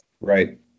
Right